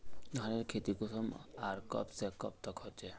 धानेर खेती कुंसम आर कब से कब तक होचे?